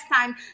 time